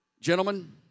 Gentlemen